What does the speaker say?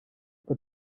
but